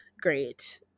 great